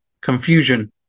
confusion